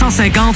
150